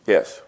Yes